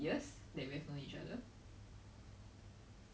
everything anything that is like nudity lah is it